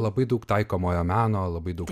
labai daug taikomojo meno labai daug